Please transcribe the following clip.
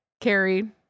Carrie